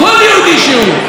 כל יהודי שהוא,